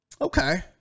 Okay